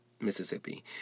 Mississippi